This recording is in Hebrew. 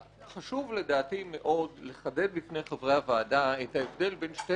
חשוב מאוד לדעתי לחדד בפני חברי הוועדה את ההבדל בין שני